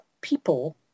people